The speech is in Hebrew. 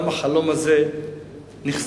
גם החלום הזה נכזב.